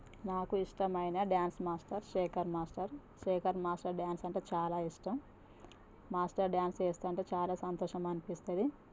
మాకు ఇష్టమైన dance master Shekhar master Shekhar master dance అంటే చాలా ఇష్టం మాస్టర్ డాన్స్ వేస్తుంటే చాలా సంతోషం అనిపిస్తుంది